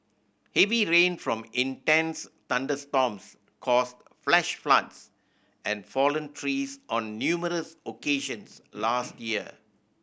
heavy rain from intense thunderstorms caused flash floods and fallen trees on numerous occasions last year